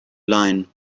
line